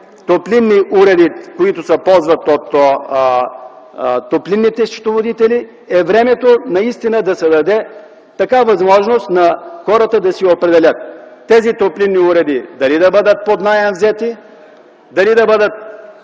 топлинни уреди, които се ползват от топлинните счетоводители, е времето наистина да се даде такава възможност на хората да си определят тези топлинни уреди дали да бъдат взети под наем, дали да бъдат